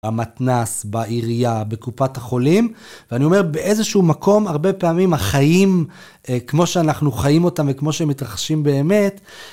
במתנס, בעירייה, בקופת החולים ואני אומר באיזשהו מקום הרבה פעמים החיים כמו שאנחנו חיים אותם וכמו שהם מתרחשים באמת